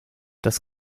das